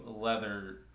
leather